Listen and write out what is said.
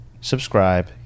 subscribe